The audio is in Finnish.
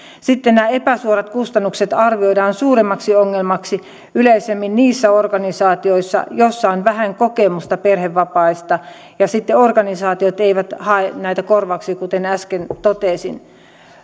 sitten nämä epäsuorat kustannukset arvioidaan suuremmaksi ongelmaksi yleisemmin niissä organisaatioissa joissa on vähän kokemusta perhevapaista ja sitten organisaatiot eivät hae näitä korvauksia kuten äsken totesin